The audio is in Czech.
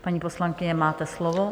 Paní poslankyně, máte slovo.